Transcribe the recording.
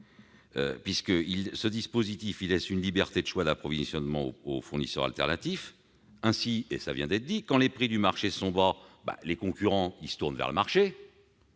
départ. Ce dispositif laisse une liberté de choix d'approvisionnement aux fournisseurs alternatifs. Ainsi, comme cela vient d'être expliqué, quand les prix du marché seront bas, les concurrents d'EDF se fourniront sur le marché